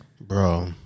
Bro